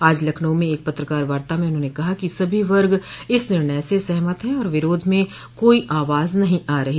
आज लखनऊ में एक पत्रकार वार्ता में उन्होंने कहा कि सभी वर्ग इस निर्णय से सहमत है और विरोध में कोई आवाज नहीं आ रही